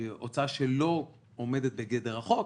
שלא עומדת בגדר החוק,